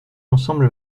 ensemble